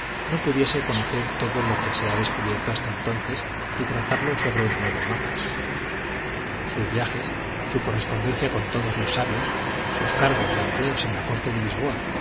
no pudiese conocer todo lo que se había descubierto hasta entonces y trazarlo sobre un nuevo mapa sus viajes su correspondencia con todos los sabios sus cargos y empleos en la corte de lisboa